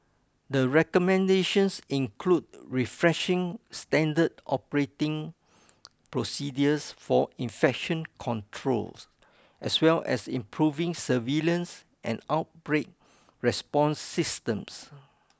the recommendations include refreshing standard operating procedures for infection control as well as improving surveillance and outbreak response systems